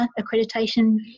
accreditation